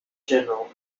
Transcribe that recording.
general